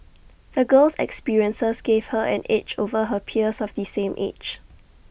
the girl's experiences gave her an edge over her peers of the same age